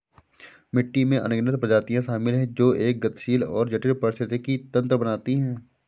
मिट्टी में अनगिनत प्रजातियां शामिल हैं जो एक गतिशील और जटिल पारिस्थितिकी तंत्र बनाती हैं